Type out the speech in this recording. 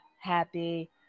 happy